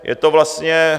Je to vlastně...